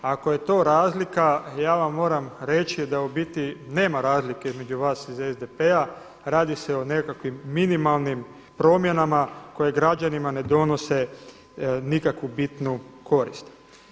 Ako je to razlika ja vam moram reći da u biti nema razlike između vas i SDP-a radi se o nekakvim minimalnim promjenama koje građanima ne donose nikakvu bitnu korist.